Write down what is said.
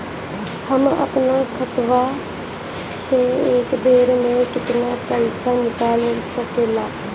हम आपन खतवा से एक बेर मे केतना पईसा निकाल सकिला?